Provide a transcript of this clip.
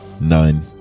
Nine